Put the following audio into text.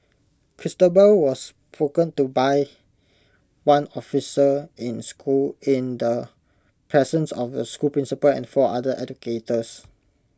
Christabel was spoken to by one officer in school in the presence of the school principal and four other educators